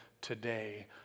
today